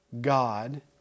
God